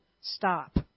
stop